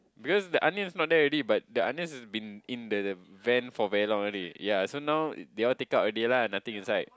because the onion is not there already but the onions been in the van for very long already yea so now they all take out already lah nothing inside